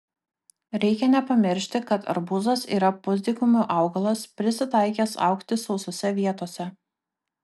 reikia nepamiršti kad arbūzas yra pusdykumių augalas prisitaikęs augti sausose vietose